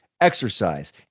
Exercise